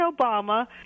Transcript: Obama